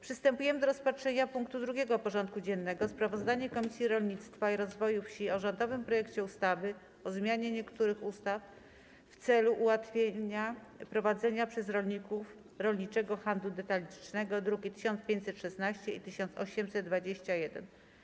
Przystępujemy do rozpatrzenia punktu 2. porządku dziennego: Sprawozdanie Komisji Rolnictwa i Rozwoju Wsi o rządowym projekcie ustawy o zmianie niektórych ustaw w celu ułatwienia prowadzenia przez rolników rolniczego handlu detalicznego (druki nr 1516 i 1821)